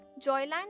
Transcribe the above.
Joyland